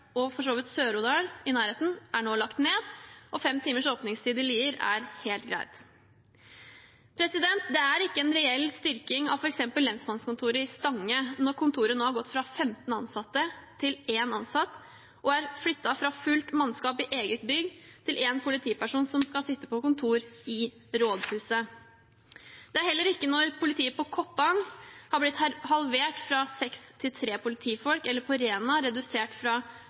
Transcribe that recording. og for så vidt Sør-Odal, i nærheten – er nå lagt ned, og fem timers åpningstid i Lier er helt greit. Det er ikke en reell styrking av f.eks. lensmannskontoret i Stange når kontoret nå har gått fra 15 ansatte til én ansatt og er flyttet fra fullt mannskap i eget bygg til én politiperson som skal sitte på kontor i rådhuset. Det er heller ikke en reell styrking når politiet på Koppang har blitt halvert fra seks til tre politifolk, eller det på Rena er redusert fra